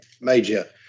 major